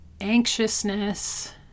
anxiousness